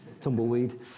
Tumbleweed